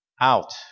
out